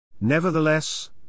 Nevertheless